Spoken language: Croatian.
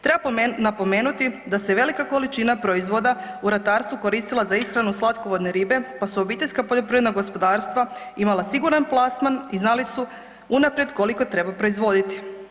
Treba napomenuti da se velika količina proizvoda u ratarstvu koristila za ishranu slatkovodne ribe, pa su obiteljska poljoprivredna gospodarstva imala siguran plasman i znali su unaprijed koliko treba proizvoditi.